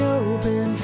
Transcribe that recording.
open